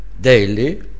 daily